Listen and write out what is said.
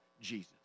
Jesus